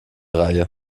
reihe